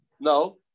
No